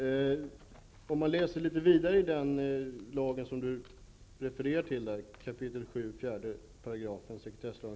Då Bert Karlsson, som framställt frågan, anmält att han var förhindrad att närvara vid sammanträdet, medgav talmannen att Richard Ulfvengren i stället fick delta i överläggningen.